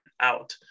out